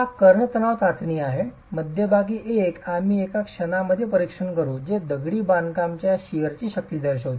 ही कर्ण तणाव चाचणी आहे मध्यभागी एक आम्ही एका क्षणामध्ये परीक्षण करू जे दगडी बांधकाम च्या शिअरची शक्ती दर्शवते